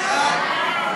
סעיף 2,